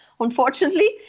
unfortunately